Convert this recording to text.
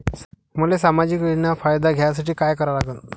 मले सामाजिक योजनेचा फायदा घ्यासाठी काय करा लागन?